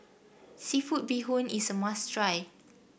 seafood Bee Hoon is a must try